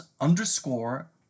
underscore